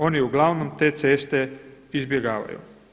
Oni uglavnom te ceste izbjegavaju.